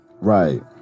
Right